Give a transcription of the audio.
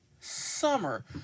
Summer